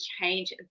change